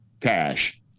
cash